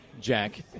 Jack